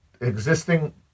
existing